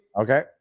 okay